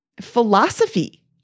philosophy